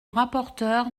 rapporteur